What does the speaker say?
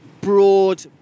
broad